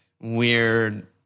weird